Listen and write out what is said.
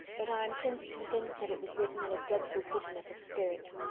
but i am since convinced that it was written in a dreadful bitterness of spirit.